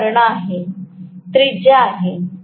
हा कर्ण म्हणजे त्रिज्या आहे